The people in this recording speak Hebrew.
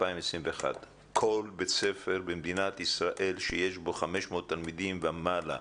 כל בית ספר במדינת ישראל שיש בו 500 תלמידים ומעלה,